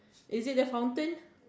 is it the fountain